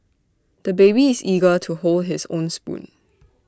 the baby is eager to hold his own spoon